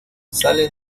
salen